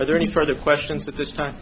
are there any further questions at this time